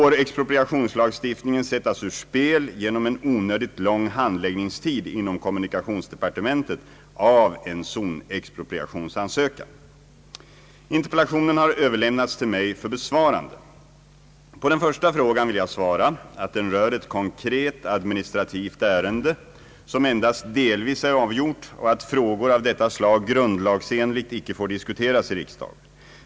Får — expropriationslagstiftningen sättas ur spel genom en onödigt lång handläggningstid inom kommunikationsdepartementet av en zonexpropriationsansökan? Interpeillationen har överlämnats till mig för besvarande. På den första frågan vill jag svara att den rör ett konkret administrativt ärende som endast delvis är avgjort och att frågor av detta slag grundlagsenligt icke får diskuteras i riksdagen.